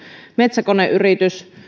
metsäkoneyritys